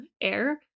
air